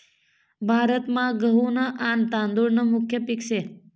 भारतमा गहू न आन तादुळ न मुख्य पिक से